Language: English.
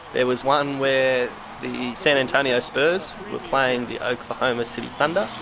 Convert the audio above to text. there was one where the san antonio spurs were playing the oklahoma city thunder.